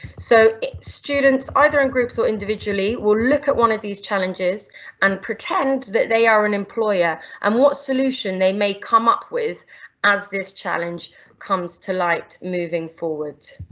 so students either in groups, or individually, will look at one of these challenges and pretend that they are an employer, and um what solution they may come up with as this challenge comes to light moving forward.